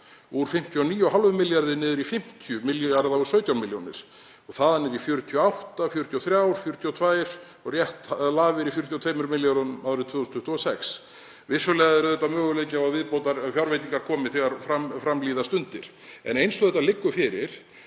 úr 59,5 milljörðum í 50 milljarða og 17 milljónir og þaðan niður í 48, 43, 42 og rétt lafir í 42 milljörðum árið 2026. Vissulega er möguleiki á að viðbótarfjárveitingar komi þegar fram líða stundir en eins og þetta liggur fyrir